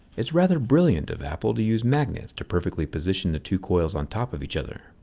it's rather brilliant of apple to use magnets to perfectly position the two coils on top of each other.